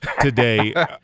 today